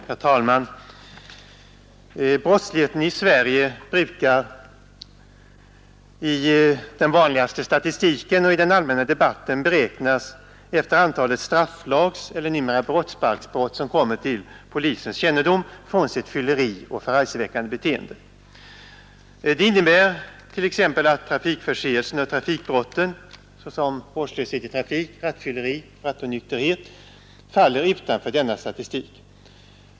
Herr talman! Brottsligheten i Sverige brukar i den vanligaste statistiken och i den allmänna debatten beräknas efter antalet strafflagseller numera brottsbalksbrott som kommer till polisens kännedom, frånsett fylleri och förargelseväckande beteende. Detta innebär att t.ex. trafikförseelserna och trafikbrotten, såsom vårdslöshet i trafik, rattfylleri och rattonykterhet, faller utanför denna statistik.